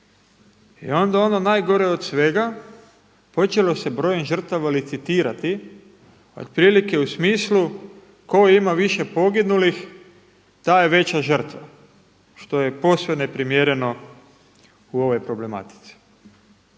i onda ono najgore od svega počelo se brojem žrtava licitirati otprilike u smislu tko ima više poginulih, taj je veća žrtva, što je posve neprimjereno u ovoj problematici.